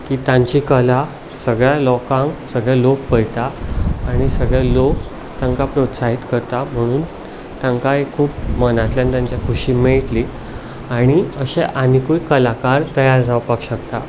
की तांची कला सगळ्या लोकांक सगळे लोक पळयता आनी सगळे लोक तांकां प्रोत्साहीत करता म्हणून तांकांय खूब मनांतल्यान तांच्या खुशी मेळटली आनी अशे आनीकूय कलाकार तयार जावपाक शकता